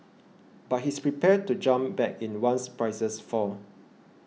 but he's prepared to jump back in once prices fall